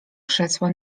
krzesła